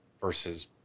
versus